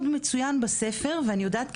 מצוין בספר ואני יודעת,